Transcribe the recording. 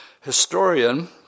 historian